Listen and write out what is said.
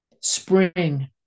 Spring